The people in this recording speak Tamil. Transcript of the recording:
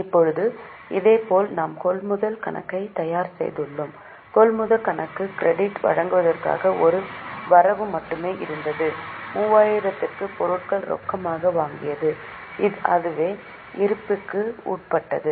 இப்போது இதேபோல் நாம் கொள்முதல் கணக்கை தயார் செய்துள்ளோம் கொள்முதல் கணக்கு கிரெடிட் வழங்குநர்களுக்கு ஒரே ஒரு வரவு மட்டுமே இருந்தது 3000 க்கு பொருட்களை ரொக்கமாக வாங்கியது அதுவே இருப்புக்கு உட்பட்டது